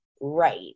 right